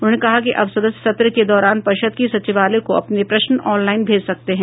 उन्होंने कहा कि अब सदस्य सत्र के दौरान परिषद् सचिवालय को अपने प्रश्न ऑनलाइन भेज सकते हैं